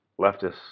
leftist